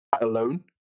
Alone